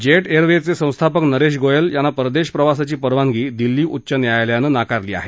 jet एअरवेजचे संस्थापक नरेश गोयल यांना परदेश प्रवासाची परवानगी दिल्ली उच्च न्यायालयानं नाकारली आहे